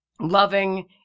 loving